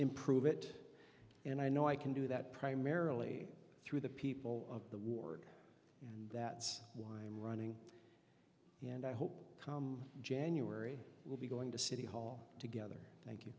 improve it and i know i can do that primarily through the people of the ward and that's why i'm running and i hope come january will be going to city hall together like